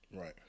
Right